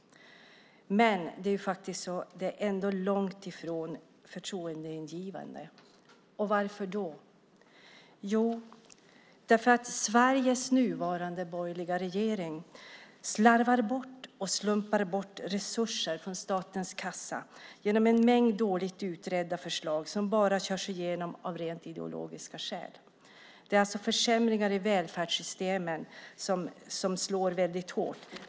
Men det är ändå långt ifrån förtroendeingivande. Och varför är det så? Jo, därför att Sveriges nuvarande borgerliga regeringen slarvar bort och slumpar bort resurser från statens kassa genom en mängd dåligt utredda förslag som bara körs igenom av rent ideologiska skäl. Detta är försämringar i välfärdssystemen som slår hårt.